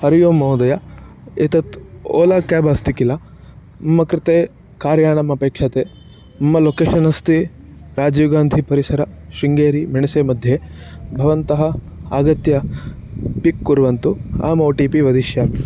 हरिः ओम् महोदय एतत् वोला काब् अस्ति किल मम कृते कार्यानम् अपेक्षते मम लोकेशन् अस्ति राजीवगान्धीपरिसरः शृङ्गेरी मेणसेमध्ये भवन्तः आगत्य पिक् कुर्वन्तु अहम् ओ टि पि वदिष्यामि